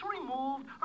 removed